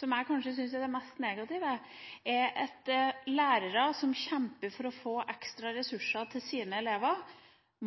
som jeg kanskje syns er det mest negative, er at lærere som kjemper for å få ekstra ressurser til sine elever,